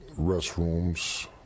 restrooms